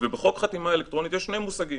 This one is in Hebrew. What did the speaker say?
ובו יש שני מושגים,